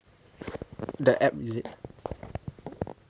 the app is it